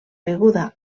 beguda